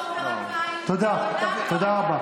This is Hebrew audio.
תודה רבה.